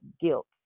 guilt